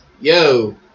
yo